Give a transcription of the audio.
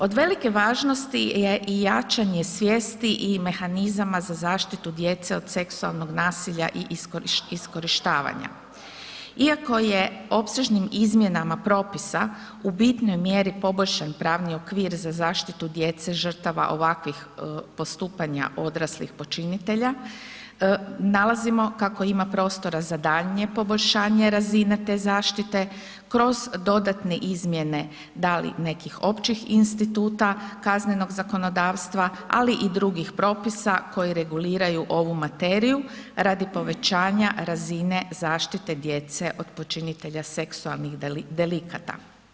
Od velike važnost je i jačanje svijesti i mehanizama za zaštitu djece od seksualnog nasilja i iskorištavanja iako je opsežnim izmjenama propisa u bitnoj mjeri poboljšan pravni okvir za zaštitu djece žrtava ovakvih postupanja odraslih počinitelja, nalazimo kako ima prostora za daljnje poboljšanje razine te zaštite kroz dodatne izmjene da li nekih općih instituta kaznenog zakonodavstva ali i drugih propisa koji reguliraju ovu materiju radi povećanja razine zaštite djece od počinitelja seksualnih delikata.